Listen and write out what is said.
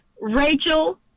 Rachel